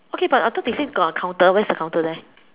okay but I thought they say got a counter where is the counter then